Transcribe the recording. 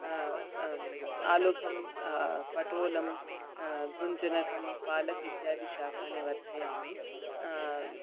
आलोकं पटोलं गृञ्जनकं पालक् इत्यादि शाकानि वर्धयामि